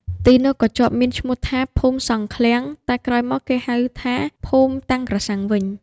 ទីនោះក៏ជាប់មានឈ្មោះថា ភូមិសង់ឃ្លាំង តែក្រោយមកគេហៅថា ភូមិតាំងក្រសាំងវិញ។